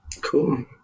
Cool